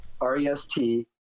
R-E-S-T